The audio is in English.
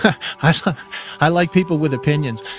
ah i so i like people with opinions.